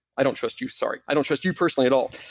i don't trust you, sorry. i don't trust you personally at all.